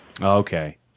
Okay